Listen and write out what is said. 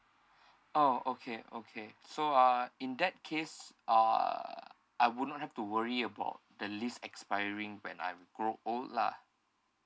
oh okay okay so uh in that case uh I would not have to worry about the lease expiring plan when I've grow old lah